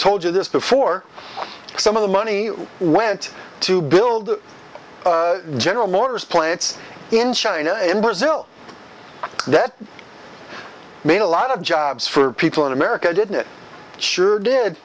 told you this before some of the money went to build general motors plants in china and brazil that made a lot of jobs for people in america didn't it sure did